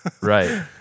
Right